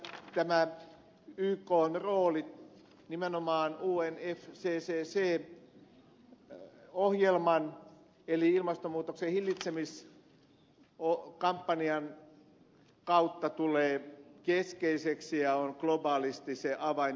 tässä tämä ykn rooli nimenomaan unfccc ohjelman eli ilmastonmuutoksen hillitsemiskampanjan kautta tulee keskeiseksi ja on globaalisti se avaintekijä